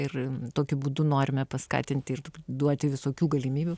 ir tokiu būdu norime paskatinti ir duoti visokių galimybių